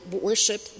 worship